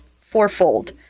fourfold